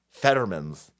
Fettermans